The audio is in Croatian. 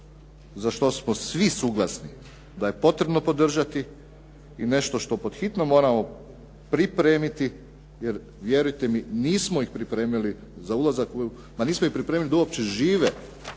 za što smo svi suglasni da je potrebno podržati i nešto što pod hitno trebamo pripremiti jer vjerujte mi nismo ih pripremili za ulazak, ma nismo ih pripremili da uopće žive,